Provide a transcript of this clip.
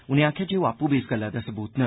उनें आखेआ जे ओह् आपूं बी इस गल्ला दा सबूत न